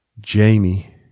Jamie